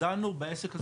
ודנו בעסק הזה